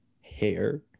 hair